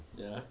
ya